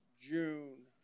June